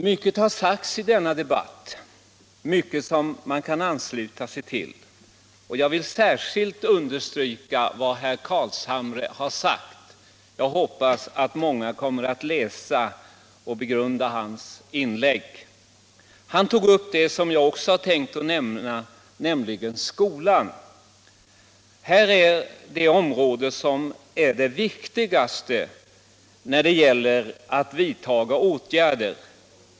Mycket har sagts i denna debatt som man kan ansluta sig till, och jag vill särskilt understryka vad herr Carlshamre anförde. Jag hoppas att många kommer att läsa och begrunda hans inlägg. Han tog upp det som också jag hade tänkt beröra, nämligen frågan om skolan. Skolan är det område som är det viktigaste när det gäller att vidta åtgärder.